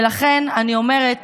ולכן אני אומרת